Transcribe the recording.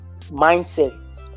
mindset